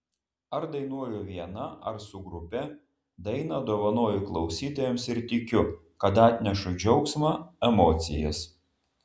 ar dainuoju viena ar su grupe dainą dovanoju klausytojams ir tikiu kad atnešu džiaugsmą emocijas